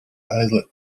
islet